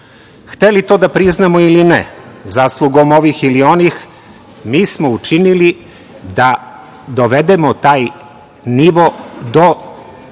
to da priznamo ili ne, zaslugom ovih ili onih, mi smo učinili da dovedemo taj nivo do